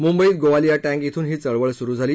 मुंबईत गोवालिया टँक इथून ही चळवळ सुरु झाली